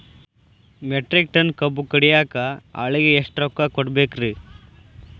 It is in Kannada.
ಮೆಟ್ರಿಕ್ ಟನ್ ಕಬ್ಬು ಕಡಿಯಾಕ ಆಳಿಗೆ ಎಷ್ಟ ರೊಕ್ಕ ಕೊಡಬೇಕ್ರೇ?